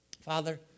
Father